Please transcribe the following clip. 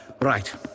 Right